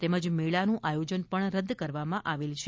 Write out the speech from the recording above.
તેમજ મેળાનું આયોજન પણ રદ કરવામાં આવેલ છે